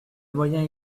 moyens